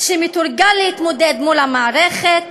שמתורגל להתמודד מול המערכת,